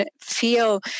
feel